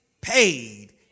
paid